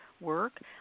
work